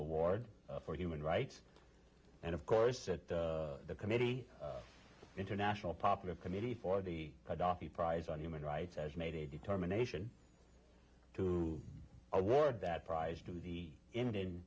award for human rights and of course that the committee international popular committee for the prize on human rights has made a determination to award that prize to the indian